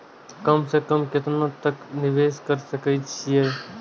कम से कम केतना तक निवेश कर सके छी ए?